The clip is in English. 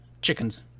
chickens